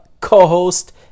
co-host